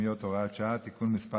שילדו נפטר) (הוראת שעה) (תיקון מס'